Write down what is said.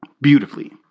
beautifully